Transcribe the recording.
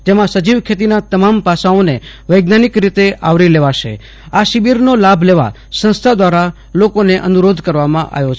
જેમાં સજીવ ખેતીના તમામ પાસાઓ વૈજ્ઞાનિક રીતે આવરી લેવાશે અ શિબિરનો લાભ લેવા સંસ્થા દ્વારા લોકોને અનુરોધ કરવામાં આવ્યો છે